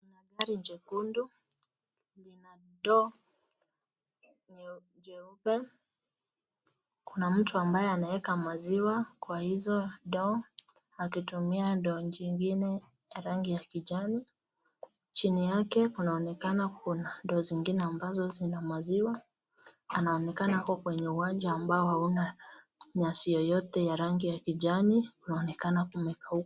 Kuna gari jekundu, lina ndoo nyeupe. Kuna mtu ambaye anaweka maziwa kwa hizo ndoo akitumia ndoo nyingine ya rangi ya kijani. Chini yake kunaonekana kuna ndoo zingine ambazo zina maziwa. Anaonekana ako kwenye uwanja ambao hauna nyasi yoyote ya rangi ya kijani. Unaonekana kumekauka.